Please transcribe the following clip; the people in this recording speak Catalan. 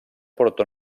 porto